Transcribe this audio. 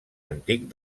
antic